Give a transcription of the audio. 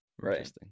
right